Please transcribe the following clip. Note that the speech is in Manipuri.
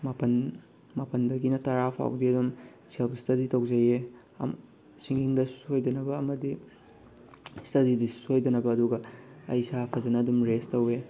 ꯃꯥꯄꯜ ꯃꯥꯄꯜꯗꯒꯤꯅ ꯇꯥꯔ ꯐꯥꯎꯕꯗꯤ ꯑꯗꯨꯝ ꯁꯦꯜꯞ ꯏꯁꯇꯗꯤ ꯇꯧꯖꯩꯑꯦ ꯁꯤꯡꯒꯤꯡꯗ ꯁꯣꯏꯗꯅꯕ ꯑꯃꯗꯤ ꯏꯁꯇꯗꯤꯗꯁꯨ ꯁꯣꯏꯗꯅꯕ ꯑꯗꯨꯒ ꯑꯩ ꯏꯁꯥ ꯐꯖꯅ ꯑꯗꯨꯝ ꯔꯦꯁ ꯇꯧꯋꯦ